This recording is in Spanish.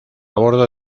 bordo